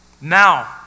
Now